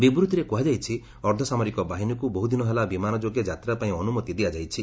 ବିବୃତ୍ତିରେ କୁହାଯାଇଛି ଅର୍ଦ୍ଧସାମରିକ ବାହିନୀକୁ ବହୁ ଦିନ ହେଲା ବିମାନ ଯୋଗେ ଯାତ୍ରା ପାଇଁ ଅନୁମତି ଦିଆଯାଇଛି